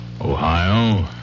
Ohio